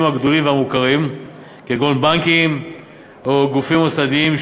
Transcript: הגדולים והמוכרים כגון בנקים או גופים מוסדיים.